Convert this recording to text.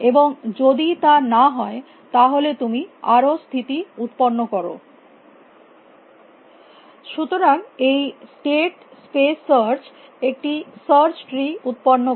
এবং যদি তা না হয় তাহলে তুমি আরো স্থিতি উত্পন্ন কর সুতরাং এই স্টেট স্পেস সার্চ একটি সার্চ ট্রি উত্পন্ন করে